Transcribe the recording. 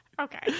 Okay